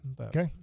Okay